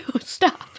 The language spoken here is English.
stop